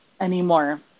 anymore